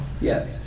Yes